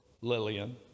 Lillian